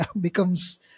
becomes